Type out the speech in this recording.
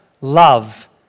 love